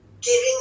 giving